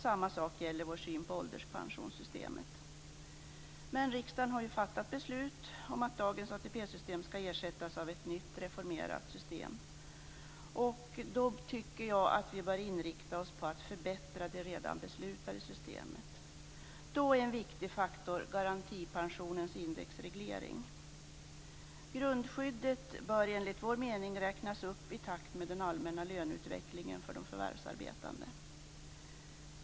Samma sak gäller vår syn på ålderspensionssystemet. system skall ersättas av ett nytt reformerat system. Då tycker jag att vi bör rikta in oss på att förbättra det redan beslutade systemet. Då är en viktig faktor garantipensionens indexreglering. Grundskyddet bör enligt vår mening räknas upp i takt med den allmänna löneutvecklingen för de förvärvsarbetande.